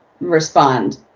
respond